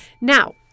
Now